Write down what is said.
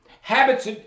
Habits